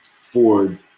ford